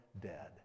dead